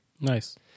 Nice